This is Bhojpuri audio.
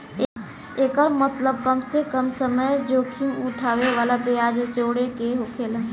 एकर मतबल कम से कम समय जोखिम उठाए वाला ब्याज जोड़े के होकेला